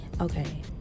okay